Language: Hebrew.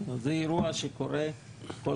זה אירוע שקורה כל